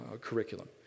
curriculum